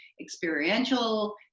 experiential